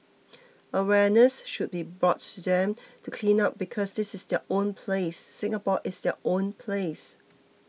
awareness should be brought to them to clean up because this is their own place Singapore is their own place